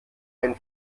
ein